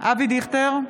אבי דיכטר,